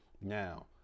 Now